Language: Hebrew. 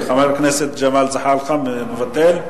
חבר הכנסת ג'מאל זחאלקה, מוותר?